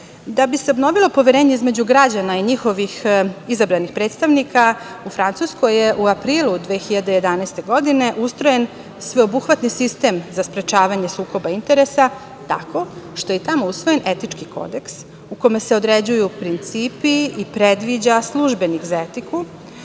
Da bi se obnovilo poverenje između građana i njihovih izabranih predstavnika, u Francuskoj je u aprilu 2011. godine ustrojen sveobuhvatni sistem za sprečavanje sukoba interesa, tako što je tamo usvojen Etički kodeks, u kome se određuju principi i predviđa službenik za etiku.